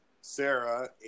Sarah